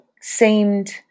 seemed